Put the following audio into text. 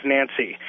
Nancy